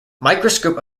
microscope